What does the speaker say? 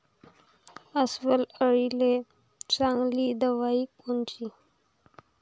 अस्वल अळीले चांगली दवाई कोनची?